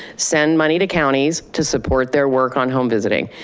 send money to counties to support their work on home visiting.